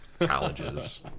colleges